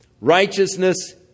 Righteousness